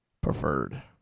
preferred